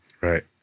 Right